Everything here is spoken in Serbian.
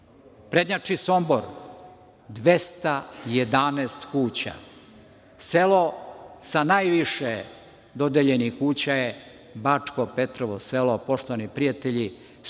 Prednjači Sombor, 211 kuća. Selo sa najviše dodeljenih kuća je Bačko Petrovo Selo, poštovani prijatelji,